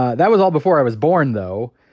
that was all before i was born though.